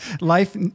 Life